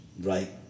Right